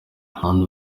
hadi